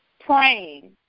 praying